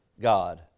God